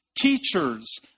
teachers